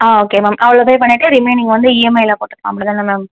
ஆ okay ma'am அவ்வளோ pay பண்ணிவிட்டு remaining வந்து இஎம்ஐயில் போட்டுக்கலாம் அப்படி தானே மேம்